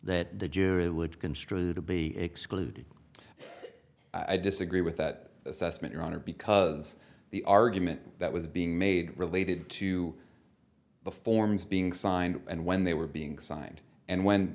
that the jury would construe to be excluded i disagree with that assessment your honor because the argument that was being made related to the forms being signed and when they were being signed and w